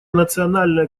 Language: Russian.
национальная